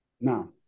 Now